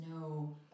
no